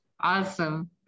Awesome